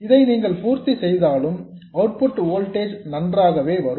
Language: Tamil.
இதை நீங்கள் பூர்த்தி செய்தாலும் அவுட்புட் வோல்டேஜ் நன்றாகவே வரும்